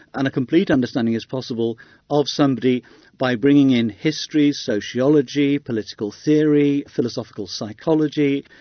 and a complete understanding is possible of somebody by bringing in history, sociology, political theory, philosophical psychology,